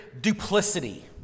duplicity